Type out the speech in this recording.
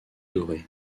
dorées